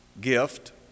gift